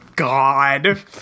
God